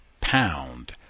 pound